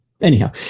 Anyhow